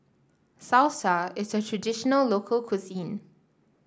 salsa is a traditional local cuisine